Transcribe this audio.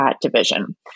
division